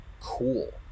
cool